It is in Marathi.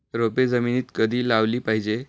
रोपे जमिनीत कधी लावली पाहिजे?